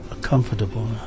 comfortable